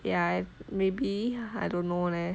ya maybe I don't know leh